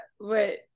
wait